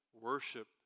worship